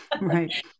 Right